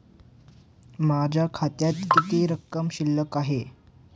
माझ्या खात्यात किती रक्कम शिल्लक आहे?